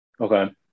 okay